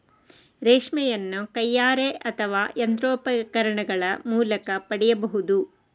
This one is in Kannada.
ರೇಷ್ಮೆಯನ್ನು ಕೈಯಾರೆ ಅಥವಾ ಯಂತ್ರೋಪಕರಣಗಳ ಮೂಲಕ ಪಡೆಯಬಹುದು